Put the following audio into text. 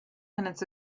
minutes